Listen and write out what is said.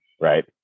Right